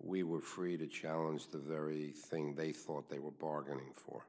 we were free to challenge the very thing they thought they were bargaining for